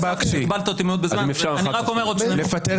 אז אם אפשר אחר כך להתייחס.